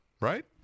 right